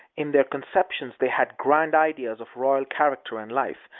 in their conceptions they had grand ideas of royal character and life,